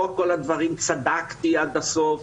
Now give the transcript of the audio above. לא בכל הדברים צדקתי עד הסוף,